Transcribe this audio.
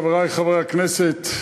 חברי חברי הכנסת,